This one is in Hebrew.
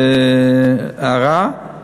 הערה,